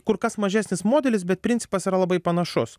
kur kas mažesnis modelis bet principas yra labai panašus